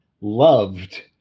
loved